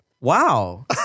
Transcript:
Wow